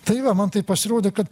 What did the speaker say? tai va man taip pasirodė kad